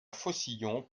faucillon